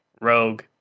Rogue